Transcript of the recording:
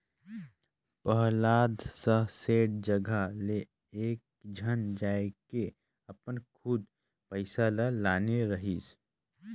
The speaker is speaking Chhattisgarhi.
पहलाद ह सेठ जघा ले एकेझन जायके अपन खुद पइसा ल लाने रहिस